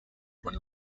were